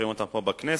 שומעים אותן פה בכנסת.